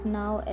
now